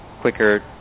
quicker